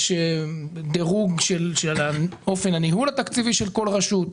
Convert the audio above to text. יש דירוג של אופן הניהול התקציבי של כל רשות.